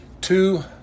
two